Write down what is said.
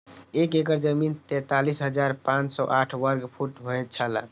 एक एकड़ जमीन तैंतालीस हजार पांच सौ साठ वर्ग फुट होय छला